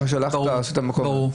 ברור.